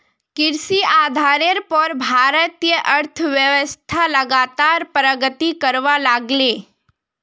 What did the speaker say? कृषि आधारेर पोर भारतीय अर्थ्वैव्स्था लगातार प्रगति करवा लागले